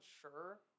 sure